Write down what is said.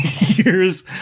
years